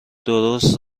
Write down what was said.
درست